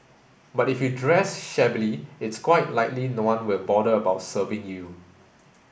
but if you dress shabbily it's quite likely no one will bother about serving you